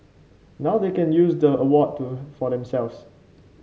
now they can use the award to for themselves